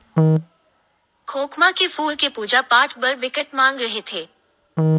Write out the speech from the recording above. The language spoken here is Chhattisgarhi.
खोखमा के फूल के पूजा पाठ बर बिकट मांग रहिथे